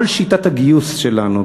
כל שיטת הגיוס שלנו,